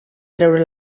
treure